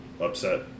upset